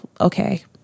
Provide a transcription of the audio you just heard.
okay